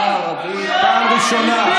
והאלימות בחברה הערבית, כהניסט.